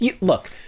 Look